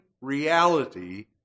reality